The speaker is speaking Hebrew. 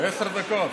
לעשר דקות,